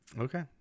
Okay